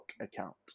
account